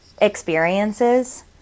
experiences –